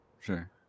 Sure